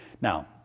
Now